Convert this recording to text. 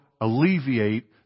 alleviate